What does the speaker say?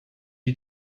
you